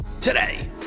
Today